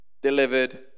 delivered